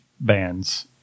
bands